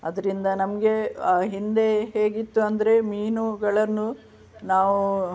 ಅದರಿಂದ ನಮಗೆ ಹಿಂದೆ ಹೇಗಿತ್ತು ಅಂದರೆ ಮೀನುಗಳನ್ನು ನಾವು